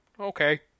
okay